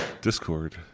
Discord